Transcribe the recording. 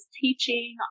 teaching